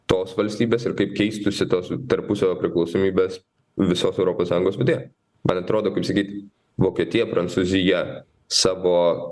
tos valstybės ir kaip keistųsi tos tarpusavio priklausomybės visos europos sąjungos viduje man atrodo kaip sakyt vokietija prancūzija savo